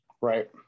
Right